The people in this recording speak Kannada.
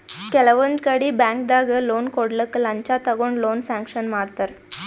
ಕೆಲವೊಂದ್ ಕಡಿ ಬ್ಯಾಂಕ್ದಾಗ್ ಲೋನ್ ಕೊಡ್ಲಕ್ಕ್ ಲಂಚ ತಗೊಂಡ್ ಲೋನ್ ಸ್ಯಾಂಕ್ಷನ್ ಮಾಡ್ತರ್